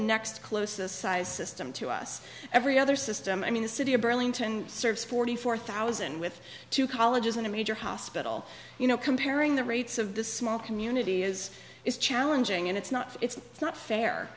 next closest size system to us every other system i mean the city of burlington serves forty four thousand with two colleges in a major hospital you know comparing the rates of this small community is it's challenging and it's not it's not